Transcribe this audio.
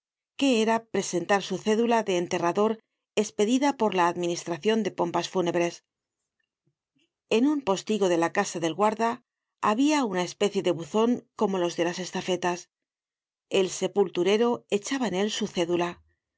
que era presentar su cédula de enterrador espedida por la administracion de pompas fúnebres en un postigo de la casa del guarda habia una especie de buzon como los de las estafetas el sepulturero echaba en él su cédula